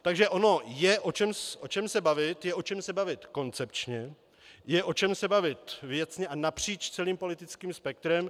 Takže ono je o čem se bavit, je o čem se bavit koncepčně, je o čem se bavit věcně a napříč celým politickým spektrem.